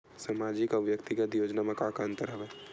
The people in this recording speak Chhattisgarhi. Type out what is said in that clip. सामाजिक अउ व्यक्तिगत योजना म का का अंतर हवय?